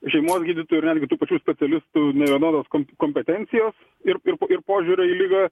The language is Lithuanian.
šeimos gydytojų ir netgi tų pačių specialistų nevienodos kompetencijos ir ir požiūrio į ligą